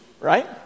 right